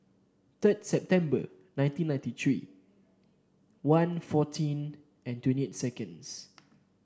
third September nineteen ninety three one fourteen and twenty eight seconds